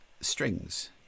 strings